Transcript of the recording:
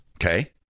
Okay